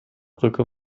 brücke